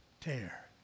tear